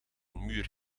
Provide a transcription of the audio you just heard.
muur